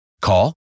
Call